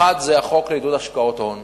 אחת זה החוק לעידוד השקעות הון,